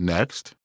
Next